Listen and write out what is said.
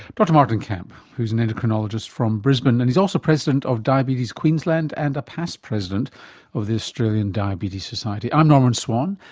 dr maarten kamp, who is an endocrinologist from brisbane and he's also president of diabetes queensland and a past president of the australian diabetes society. i'm norman swan,